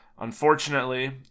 Unfortunately